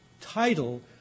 title